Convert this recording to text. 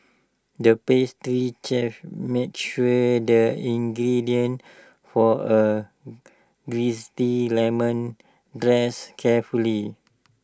the pastry chef measured the ingredients for A Zesty Lemon Dessert carefully